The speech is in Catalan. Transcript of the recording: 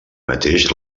mateix